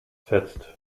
fetzt